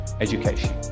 education